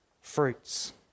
fruits